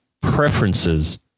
preferences